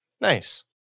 Nice